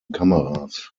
kameras